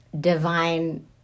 divine